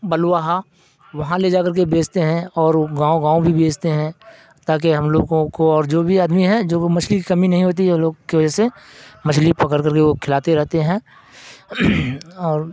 بلوہا وہاں لے جا کر کے بیچتے ہیں اور گاؤں گاؤں بھی بیچتے ہیں تاکہ ہم لوگوں کو اور جو بھی آدمی ہے جو مچھلی کمی نہیں ہوتی ہے وہ لوگ کی وجہ سے مچھلی پکڑ کر کے وہ کھلاتے رہتے ہیں اور